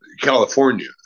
California